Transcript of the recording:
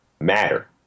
matter